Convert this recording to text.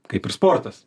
kaip ir sportas